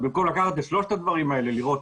אז במקום לקחת את שלושת הדברים האלה ולראות,